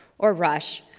or rush,